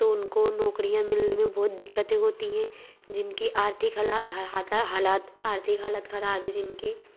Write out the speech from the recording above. तो उनको नौकरियां मिलने मे बहोत दिक्कतें होती है जिनकी आर्थिक हालात आर्थिक हालत ख़राब है जिनकी